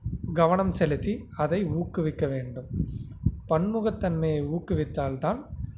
கவனம் செலுத்தி அதை ஊக்குவிக்க வேண்டும் பன்முகத்தன்மையை ஊக்குவித்தால் தான்